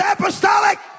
Apostolic